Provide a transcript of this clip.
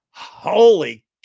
Holy